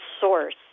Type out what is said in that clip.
source